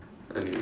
okay